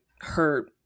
hurt